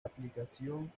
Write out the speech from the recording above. aplicación